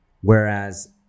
Whereas